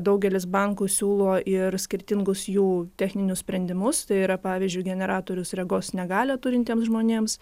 daugelis bankų siūlo ir skirtingus jų techninius sprendimus tai yra pavyzdžiui generatorius regos negalią turintiems žmonėms